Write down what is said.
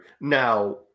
Now